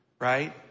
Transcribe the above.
Right